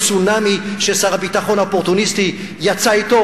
הצונאמי ששר הביטחון האופורטוניסטי יצא אתו?